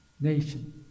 nation